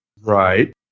Right